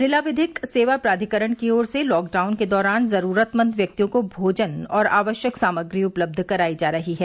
जिला विधिक सेवा प्राधिकरण की ओर से लॉकडाउन के दौरान जरूरतमंद व्यक्तियों को भोजन और आवश्यक सामग्री उपलब्ध करायी जा रही है